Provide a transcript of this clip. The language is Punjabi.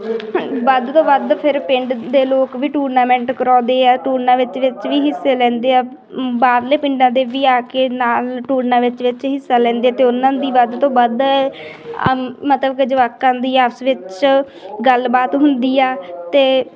ਵੱਧ ਤੋਂ ਵੱਧ ਫਿਰ ਪਿੰਡ ਦੇ ਲੋਕ ਵੀ ਟੂਰਨਾਮੈਂਟ ਕਰਾਉਂਦੇ ਆ ਟੂਰਨਾ ਵਿੱਚ ਵਿੱਚ ਵੀ ਹਿੱਸੇ ਲੈਂਦੇ ਆ ਬਾਹਰਲੇ ਪਿੰਡਾਂ ਦੇ ਵੀ ਆ ਕੇ ਨਾਲ ਟੂਰਨਾ ਵਿੱਚ ਵਿੱਚ ਹਿੱਸਾ ਲੈਂਦੇ ਅਤੇ ਉਹਨਾਂ ਦੀ ਵੱਧ ਤੋਂ ਵੱਧ ਮਤਲਬ ਕਿ ਜਵਾਕਾਂ ਦੀ ਆਪਸ ਵਿੱਚ ਗੱਲਬਾਤ ਹੁੰਦੀ ਆ ਅਤੇ